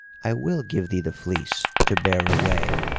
i will give thee the fleece to bear away,